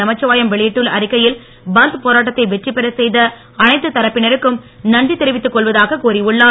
நமச்சிவாயம் வெளியிட்டுள்ள அறிக்கையில் பந்த் போராட்டத்தை வெற்றி பெற செய்த அனைத்து தரப்பினருக்கும் நன்றி தெரிவித்து கொள்வதாக கூறியுள்ளார்